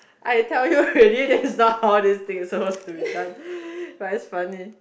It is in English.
I tell you already this is not how this thing is supposed to be done but it's funny